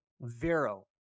Vero